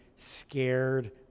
scared